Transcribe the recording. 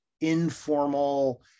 informal